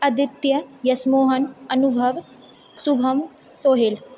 Aditya Yashmohan Anubhav Shubham Sohail